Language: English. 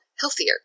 healthier